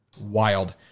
Wild